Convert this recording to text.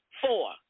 Four